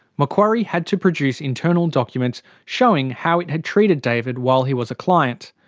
macquarie had to produce internal documents showing how it had treated david while he was a client.